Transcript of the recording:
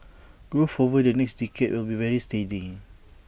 growth over the next decade will be very steady